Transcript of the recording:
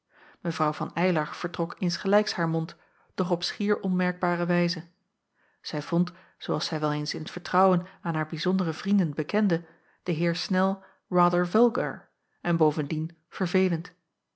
mw van eylar vertrok insgelijks haar mond doch op schier onmerkbare wijze zij vond zoo als zij wel eens in t vertrouwen aan haar bijzondere vrienden bekende den heer snel rather vulgar en bovendien verveelend